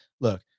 look